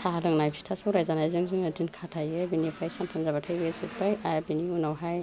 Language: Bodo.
साहा लोंनाय फिथा सौराय जानायजों जों दिन खाथायो बिनिफ्राय सानथाम जाबाथाय बेयो जोब्बाय आर बिनि उनावहाय